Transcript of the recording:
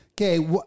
Okay